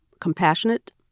compassionate